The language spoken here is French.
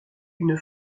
une